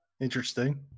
Interesting